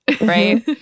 right